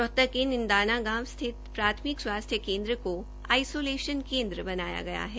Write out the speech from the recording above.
रोहतक के निंदाना गांव स्थित प्राथमिक स्वास्थ्य केन्द्र को आईजालेशन केन्द्र बनाया गया है